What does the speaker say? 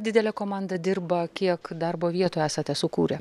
didelė komanda dirba kiek darbo vietų esate sukūrę